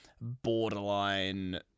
borderline